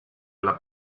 alla